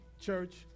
church